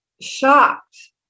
shocked